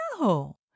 No